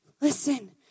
Listen